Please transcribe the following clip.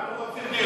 אנחנו רוצים דירות.